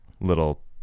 little